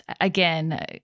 again